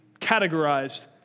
categorized